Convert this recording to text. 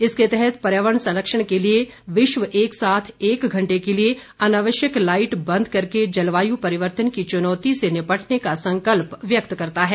इसके अंतर्गत पर्यावरण संरक्षण के लिए विश्व एक साथ एक घंटे के लिए अनावश्यक लाइट बंद करके जलवायु परिवर्तन की चुनौती से निपटने का संकल्प व्यक्त करता है